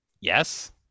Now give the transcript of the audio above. yes